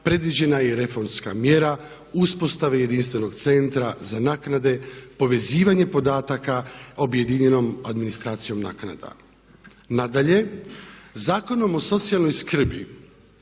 predviđena je i reformska mjera uspostave jedinstvenog Centra za naknade, povezivanje podataka objedinjenom administracijom naknada. Nadalje, Zakonom o socijalnoj skrbi